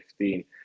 2015